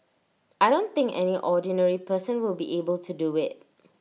I don't think any ordinary person will be able to do IT